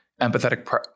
empathetic